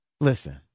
Listen